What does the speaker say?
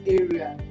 area